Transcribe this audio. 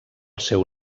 seu